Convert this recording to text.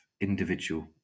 individual